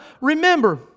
Remember